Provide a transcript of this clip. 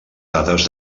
dades